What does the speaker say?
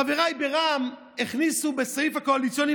חבריי ברע"מ הכניסו סעיף קואליציוני,